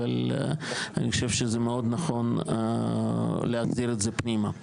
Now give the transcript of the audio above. אבל אני חושב שזה מאוד נכון להסדיר את זה פנימה.